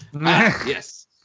yes